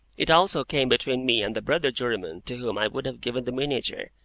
it also came between me and the brother juryman to whom i would have given the miniature,